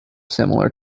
similar